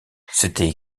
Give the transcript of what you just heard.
s’était